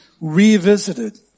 revisited